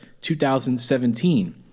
2017